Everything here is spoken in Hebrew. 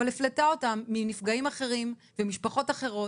אבל הפלתה אותן מנפגעים אחרים ומשפחות אחרות,